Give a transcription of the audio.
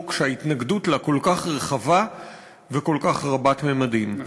שההתנגדות לה כל כך רחבה וכל כך רבת-ממדים.